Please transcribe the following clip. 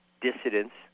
dissidents